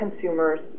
consumers